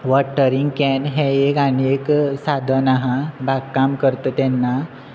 watering can हें एक आनी एक साधन आसा बागकाम करता तेन्ना